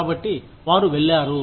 కాబట్టి వారు వెళ్లారు